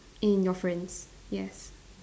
in your friends yes